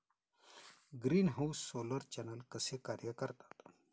Greenhouse solar channel कसे कार्य करतात?